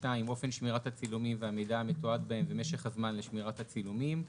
(2)אופן שמירת הצילומים והמידע המתועד בהם ומשך הזמן לשמירת הצילומים,